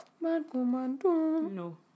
No